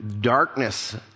darkness